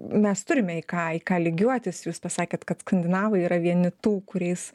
mes turime į ką į ką lygiuotis jūs pasakėt kad skandinavai yra vieni tų kuriais